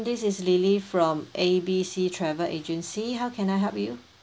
this is lily from A B C travel agency how can I help you